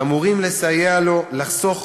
ואמורים לסייע לו לחסוך